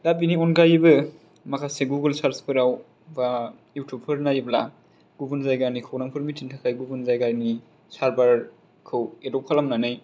दा बिनि अनगायैबो माखासे गुगल सार्चफोराव बा इउथुबफोर नायोब्ला गुबुन जायगानि खौरांफोर मिथिनो थाखाय गुबुन जायगानि सारभारखौ एडब खालामनानै